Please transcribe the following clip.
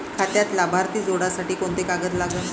खात्यात लाभार्थी जोडासाठी कोंते कागद लागन?